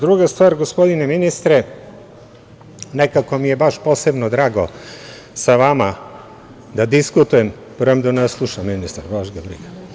Druga stvar, gospodine ministre, nekako mi je baš posebno drago sa vama da diskutujem, premda ne sluša ministar, baš ga briga.